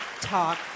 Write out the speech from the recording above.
talk